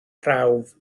prawf